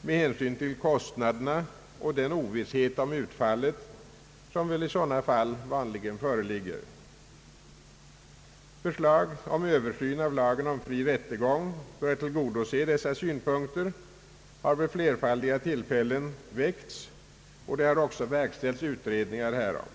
med hänsyn till kostnaderna och den ovisshet om utfallet som väl i sådana fall vanligen föreligger. Förslag beträffande översyn av lagen om fri rättegång för att tillgodose dessa synpunkter har vid flerfaldiga tillfällen väckts, och det har också verkställts utredningar härom.